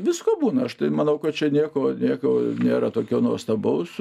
visko būna aš tai manau kad čia nieko nieko nėra tokio nuostabaus